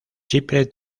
chipre